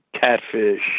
Catfish